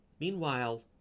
Meanwhile